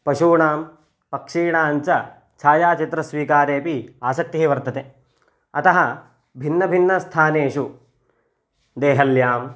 पशूणां पक्षीणाञ्च छायाचित्रस्वीकारेपि आसक्तिः वर्तते अतः भिन्नभिन्नस्थानेषु देहल्यां